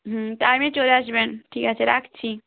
হুম টাইমে চলে আসবেন ঠিক আছে রাখছি